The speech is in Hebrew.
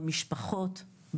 במשפחות,